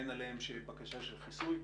אין עליהם בקשה של חיסוי,